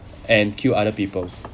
and kill other people